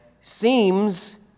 seems